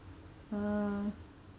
uh